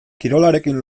kirolarekin